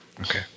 Okay